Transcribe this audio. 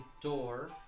door